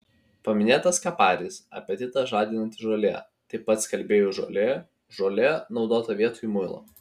paminėtas kaparis apetitą žadinanti žolė taip pat skalbėjų žolė žolė naudota vietoj muilo